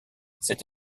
cette